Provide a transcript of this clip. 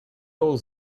all